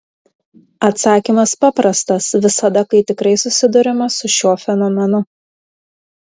atsakymas paprastas visada kai tikrai susiduriama su šiuo fenomenu